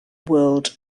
world